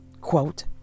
quote